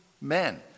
men